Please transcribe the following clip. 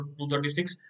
236